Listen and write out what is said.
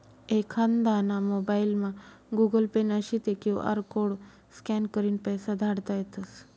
एखांदाना मोबाइलमा Google Pay नशी ते क्यु आर कोड स्कॅन करीन पैसा धाडता येतस